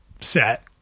set